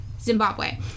Zimbabwe